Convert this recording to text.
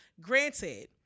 granted